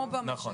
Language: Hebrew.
כמו במשק.